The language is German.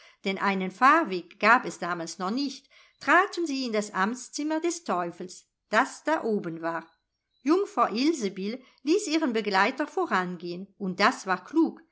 denn einen fahrweg gab es damals noch nicht traten sie in das amtszimmer des teufels das da oben war jungfer ilsebill ließ ihren begleiter vorangehen und das war klug